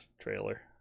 trailer